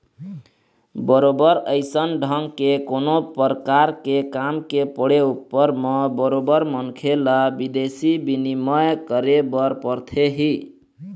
बरोबर अइसन ढंग के कोनो परकार के काम के पड़े ऊपर म बरोबर मनखे ल बिदेशी बिनिमय करे बर परथे ही